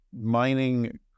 mining